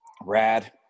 Rad